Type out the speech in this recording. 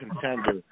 contender